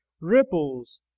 ripples